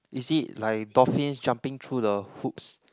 is it like dolphins jumping through the hoops